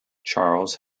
charles